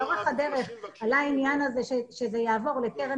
לאורך הדרך עלה העניין הזה שזה יעבור לקרן